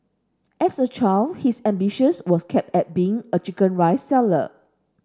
as a child his ambitions was capped at being a chicken rice seller